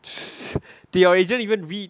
did you agent even read